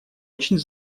очень